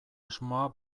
asmoa